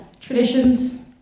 traditions